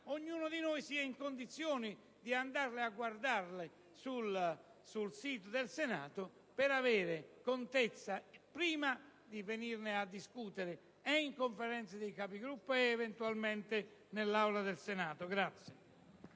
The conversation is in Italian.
ognuno di noi sia in condizione di andarli a guardare sul sito del Senato per averne contezza prima di venirne a discutere, e in Conferenza dei Capigruppo e, eventualmente, nell'Aula del Senato.